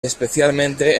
especialmente